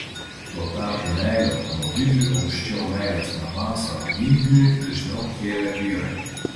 tuo tarpu meilę automobiliui aukščiau meilės namams ar augintiniui dažniau kėlė vyrai